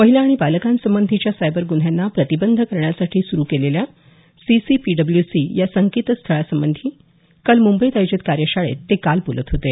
महिला आणि बालकांसंबंधीच्या सायबर गुन्ह्यांना प्रतिबंध करण्यासाठी सुरू केलेल्या सीसीपीडब्ल्यूसी या संकेतस्थळासंबंधी काल मुंबईत आयोजित कार्यशाळेत ते काल बोलत होते